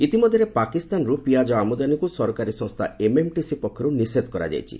ଇତିମଧ୍ୟରେ ପାକିସ୍ତାନରୁ ପିଆଜ ଆମଦାନୀକୁ ସରକାରୀ ସଂସ୍ଥା ଏମ୍ଏମ୍ଟିସି ପକ୍ଷରୁ ନିଷେଧ କରାଯାଇଛି